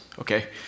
okay